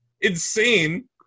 insane